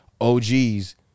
OGs